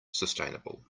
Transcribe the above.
sustainable